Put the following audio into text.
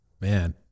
man